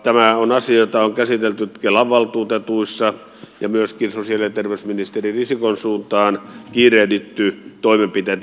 tämä on asia jota on käsitelty kelan valtuutetuissa ja myöskin sosiaali ja terveysministeri risikon suuntaan kiirehditty toimenpiteitä